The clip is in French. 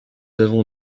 avons